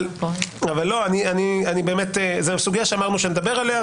אבל זו סוגיה שאמרנו שנדבר עליה.